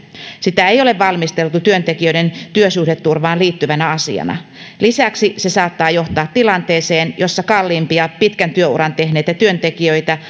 sitä ei ole valmisteltu työntekijöiden työsuhdeturvaan liittyvänä asiana lisäksi se saattaa johtaa tilanteeseen jossa kalliimpia pitkän työuran tehneitä työntekijöitä